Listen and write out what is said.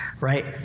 right